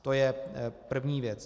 To je první věc.